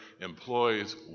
employees